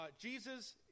Jesus